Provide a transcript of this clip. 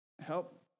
Help